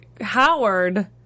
Howard